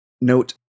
Note